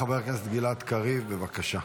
חבר הכנסת גלעד קריב, בבקשה.